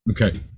Okay